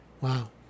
Wow